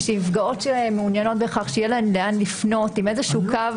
ושנפגעות שמעוניינות בכך שיהיה להן לאן לפנות עם קו